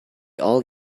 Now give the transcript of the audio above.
all